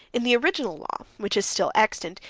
in the original law, which is still extant,